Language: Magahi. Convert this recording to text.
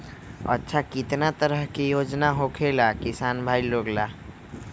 अच्छा कितना तरह के योजना होखेला किसान भाई लोग ला?